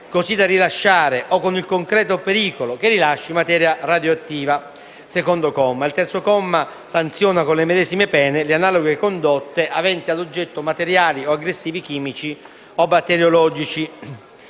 così da rilasciare o con il concreto pericolo che rilasci materia radioattiva (secondo comma). Il terzo comma sanziona con le medesime pene le analoghe condotte aventi ad oggetto materiali o aggressivi chimici o batteriologici.